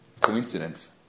coincidence